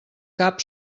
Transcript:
cap